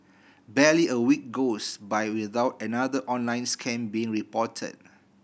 barely a week goes by without another online scam being reported